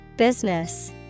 Business